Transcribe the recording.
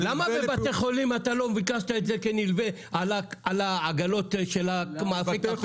למה בבתי החולים לא ביקשת את זה כנלווה על העגלות של המאפים,